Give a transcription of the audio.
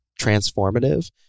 transformative